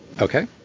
Okay